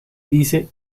dice